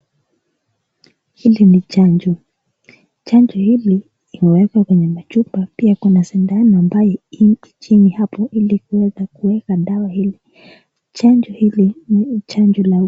Hili ni chanjo, chanjo hili limewekwa kwenye machupa, pia kuna sindano ambayo iko chini hapo ili kuweza kuweka dawa hili, chanjo hili ni chanjo la ...